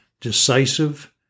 decisive